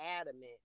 adamant